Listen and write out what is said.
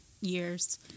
years